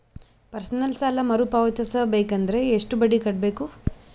Personal ಸಾಲ ಮರು ಪಾವತಿಸಬೇಕಂದರ ಎಷ್ಟ ಬಡ್ಡಿ ಕಟ್ಟಬೇಕು?